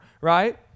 right